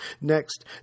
Next